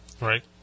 Right